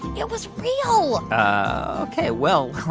it was real ok. well,